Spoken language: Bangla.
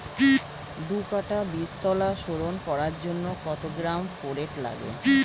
দু কাটা বীজতলা শোধন করার জন্য কত গ্রাম ফোরেট লাগে?